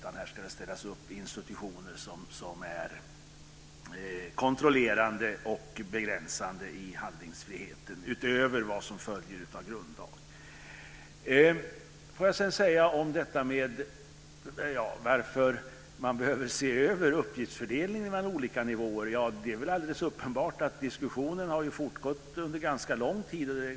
Här ska det ställas upp institutioner som är kontrollerande och begränsande av handlingsfriheten utöver vad som följer av grundlagen. Varför behöver man se över uppgiftsfördelningen mellan olika nivåer? Det är väl alldeles uppenbart. Diskussionen har ju fortgått under ganska lång tid.